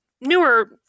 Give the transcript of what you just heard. newer